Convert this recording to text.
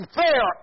fair